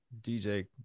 DJ